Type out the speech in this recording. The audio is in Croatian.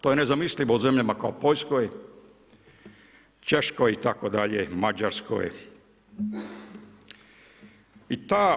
To je nezamislivo u zemljama kao Poljskoj, Češkoj, Mađarskoj itd.